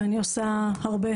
ואני עושה הרבה,